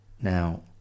now